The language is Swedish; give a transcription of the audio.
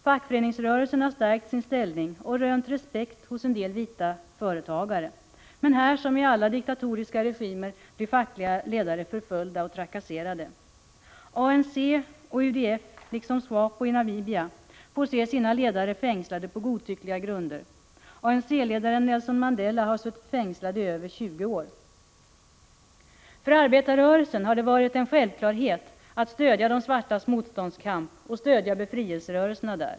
Fackföreningsrörelsen har stärkt sin ställning och rönt respekt hos en del vita företagare, men här som i alla diktatoriska regimer blir fackliga ledare förföljda och trakasserade. ANC och UDF liksom SWAPO i Namibia får se sina ledare fängslade på godtyckliga grunder. ANC-ledaren Nelson Mandela har suttit fängslad i över 20 år. För arbetarrörelsen har det varit en självklarhet att stödja de svartas motståndskamp och stödja befrielserörelserna där.